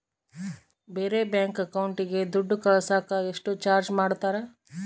ಬೇರೆ ಬ್ಯಾಂಕ್ ಅಕೌಂಟಿಗೆ ದುಡ್ಡು ಕಳಸಾಕ ಎಷ್ಟು ಚಾರ್ಜ್ ಮಾಡತಾರ?